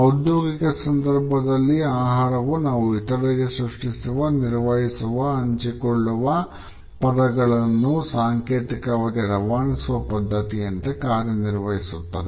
ಔದ್ಯೋಗಿಕ ಸಂದರ್ಭದಲ್ಲಿ ಆಹಾರವು ನಾವು ಇತರರಿಗಾಗಿ ಸೃಷ್ಟಿಸುವ ನಿರ್ವಹಿಸುವ ಹಂಚಿಕೊಳ್ಳುವ ಪದಗಳನ್ನು ಸಾಂಕೇತಿಕವಾಗಿ ರವಾನಿಸುವ ಪದ್ಧತಿಯಂತೆ ಕಾರ್ಯನಿರ್ವಹಿಸುತ್ತದೆ